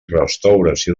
restauració